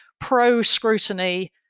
pro-scrutiny